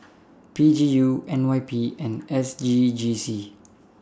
P G U N Y P and S G G C